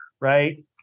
right